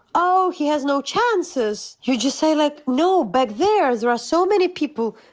oh, he has no chances. you just say, like, no. back there there are so many people,